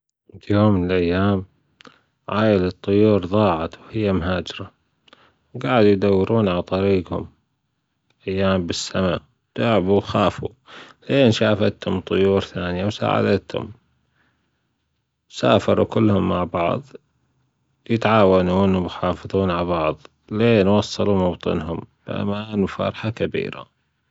في يوم من الأيام عائلة طيور ضاعت وهي مهاجرة جعدوا يدورون على طريجهم أيام بالسما تعبوا وخافوا لأين شافتهم طيور ثانية وساعدتهم سافروا كلهم مع بعض يتعاونون ويتخافتون على بعض لاين وصلوا موطنهم بأمان وفرحة كبيرة